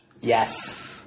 Yes